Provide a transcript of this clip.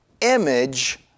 image